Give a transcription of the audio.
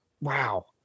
wow